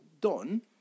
done